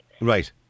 Right